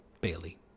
Bailey